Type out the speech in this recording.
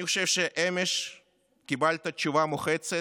אני חושב שאמש קיבלת תשובה מוחצת,